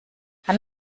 kann